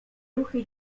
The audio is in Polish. ruchy